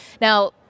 Now